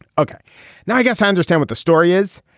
okay now i guess i understand what the story is.